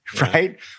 right